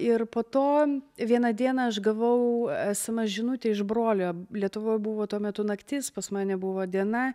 ir po to vieną dieną aš gavau sms žinutę iš brolio lietuvoj buvo tuo metu naktis pas mane buvo diena